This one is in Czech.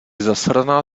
zasraná